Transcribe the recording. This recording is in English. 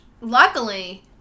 luckily